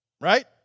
Right